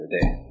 today